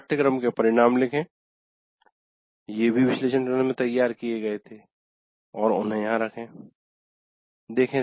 पाठ्यक्रम के परिणाम लिखें ये भी विश्लेषण चरण में तैयार किए गए थे और उन्हें यहां रखे